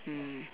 mm